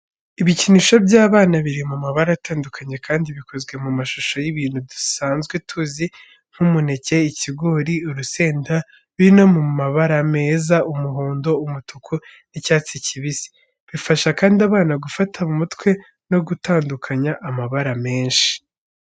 Ibikinisho by'abana biri mu mabara atandukanye, kandi bikozwe mu mashusho y'ibintu dusanzwe tuzi nk'umuneke, ikigori, urusenda, biri no mu mabara meza, umuhondo, umutuku, n'icyatsi kibisi. Bifasha kandi abana gufata mu mutwe no gutandukanya amabara menshi.